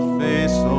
face